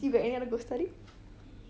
see you got any other ghost story